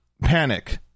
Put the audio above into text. panic